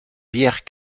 bière